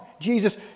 Jesus